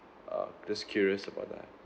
uh just curious about that